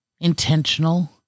intentional